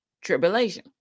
tribulation